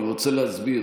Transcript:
אני רוצה להסביר.